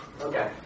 Okay